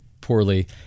poorly